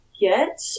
Get